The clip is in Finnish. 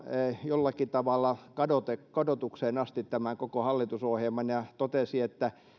jollakin tavalla kadotukseen asti tämän koko hallitusohjelman ja totesi että